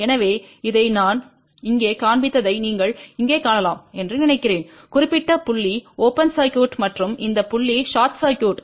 எனவே இதை நான் இங்கே காண்பித்ததை நீங்கள் இங்கே காணலாம் என்று நினைக்கிறேன் குறிப்பிட்ட புள்ளி ஓபன் சர்க்யூட் மற்றும் இந்த புள்ளி ஷார்ட் சர்க்யூட்